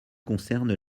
concerne